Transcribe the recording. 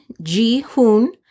Ji-hoon